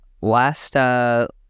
last